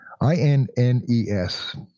I-N-N-E-S